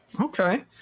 okay